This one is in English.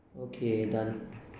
okay done